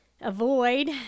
Avoid